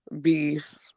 beef